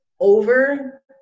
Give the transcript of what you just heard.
over